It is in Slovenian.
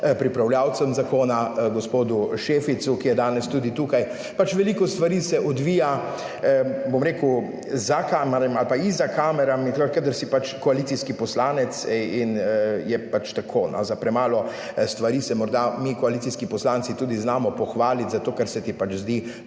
pripravljavcem zakona, gospodu Šeficu, ki je danes tudi tukaj. Pač veliko stvari se odvija, bom rekel, za kamerami ali pa izza kamerami takrat kadar si pač koalicijski poslanec in je pač tako, za premalo stvari se morda mi koalicijski poslanci tudi znamo pohvaliti, zato ker se ti pač zdi